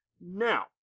Now